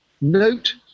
Note